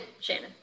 Shannon